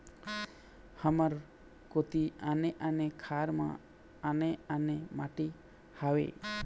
हमर कोती आने आने खार म आने आने माटी हावे?